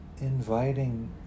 Inviting